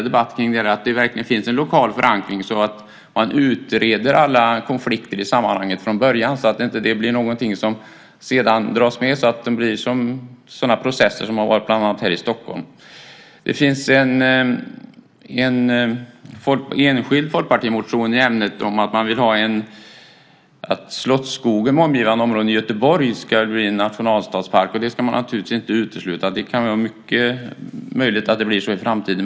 Det viktiga är att det finns en lokal förankring och att man från början utreder alla konflikter i sammanhanget så att det inte blir sådana processer som vi har haft bland annat här i Stockholm. Det finns en enskild folkpartimotion i ämnet om att man vill att Slottsskogen i Göteborg med omgivande områden ska bli en nationalstadspark. Man ska inte utesluta att det kan bli så i framtiden.